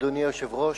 אדוני היושב-ראש,